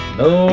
no